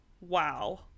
Wow